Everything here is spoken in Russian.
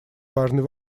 важный